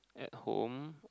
at home